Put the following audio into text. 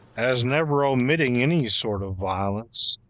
as never omitting any sort of violence,